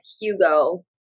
Hugo